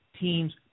team's